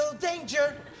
Danger